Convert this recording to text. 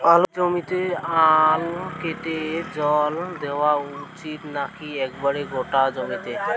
আলুর জমিতে আল কেটে জল দেওয়া উচিৎ নাকি একেবারে গোটা জমিতে?